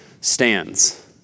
stands